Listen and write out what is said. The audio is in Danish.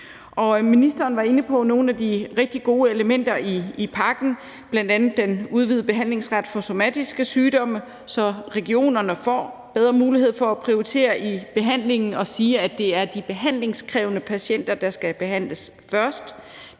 Og ministeren var inde på nogle af de rigtig gode elementer i pakken, bl.a. den udvidede behandlingsret for somatiske sygdomme, så regionerne får en bedre mulighed for at prioritere behandlingen og sige, at det er de behandlingskrævende patienter, der skal behandles først.